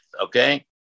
okay